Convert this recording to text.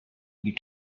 you